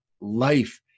life